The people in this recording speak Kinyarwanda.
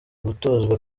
gutozwa